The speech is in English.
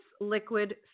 liquid